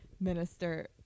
minister